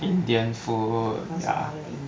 indian food uh